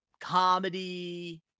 comedy